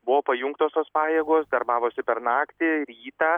buvo pajungtos tos pajėgos darbavosi per naktį rytą